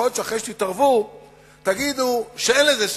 יכול להיות שאחרי שתתערבו תגידו שאין לזה סיכוי,